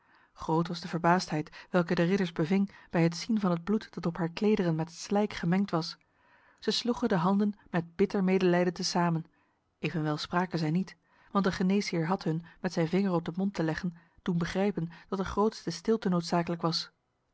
groot was de verbaasdheid welke de ridders beving bij het zien van het bloed dat op haar klederen met slijk gemengd was zij sloegen de handen met bitter medelijden te samen evenwel spraken zij niet want de geneesheer had hun met zijn vinger op de mond te leggen doen begrijpen dat de grootste stilte noodzakelijk was